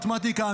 מתמטיקה,